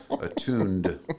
attuned